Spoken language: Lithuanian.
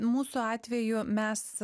mūsų atveju mes